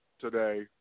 today